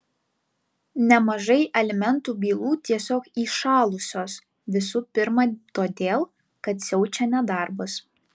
nemažai alimentų bylų tiesiog įšalusios visų pirma todėl kad siaučia nedarbas